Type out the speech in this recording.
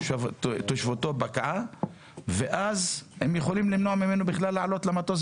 תושבותו פקעה ואז הם יכולים למנוע ממנו לעלות למטוס,